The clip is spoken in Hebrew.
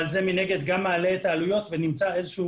אבל מנגד זה מעלה את העלויות ונמצא איזשהו